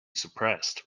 suppressed